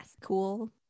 Cool